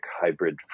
hybrid